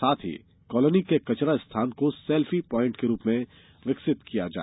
साथ ही कॉलोनी के कचरा स्थान को सेल्फी प्वाइंट के रूप में विकसित किया जाए